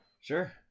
Sure